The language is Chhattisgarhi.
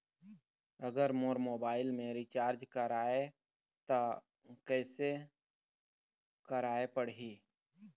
अगर मोर मोबाइल मे रिचार्ज कराए त कैसे कराए पड़ही?